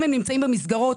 אם הם נמצאים במסגרות,